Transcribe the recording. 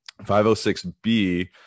506b